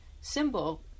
symbol